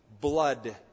blood